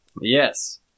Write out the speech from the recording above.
Yes